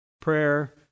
prayer